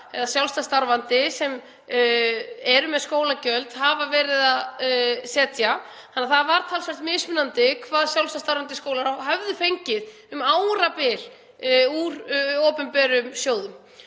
eða sjálfstætt starfandi sem eru með skólagjöld myndu setja. Því var talsvert mismunandi hvað sjálfstætt starfandi skólar höfðu fengið um árabil úr opinberum sjóðum.